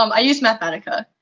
um i use mathematica.